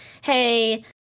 hey